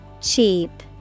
Cheap